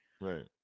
right